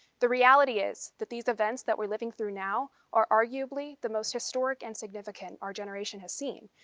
the reality is that these events that we're living through now are arguably the most historic and significant our generation has seen.